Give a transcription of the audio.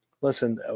listen